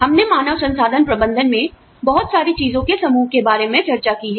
हमने मानव संसाधन प्रबंधन में बहुत सारी चीजों के समूह के बारे में चर्चा की है